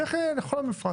בדרך כלל זה יהיה לכל המפרט.